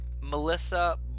melissa